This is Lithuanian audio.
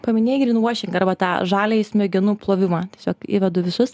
paminėjai grin vuošingą arba tą žaliąjį smegenų plovimą tai čia įvedu visus